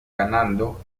ganando